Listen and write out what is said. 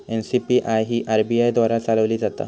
NCPI ही RBI द्वारा चालवली जाता